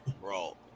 Bro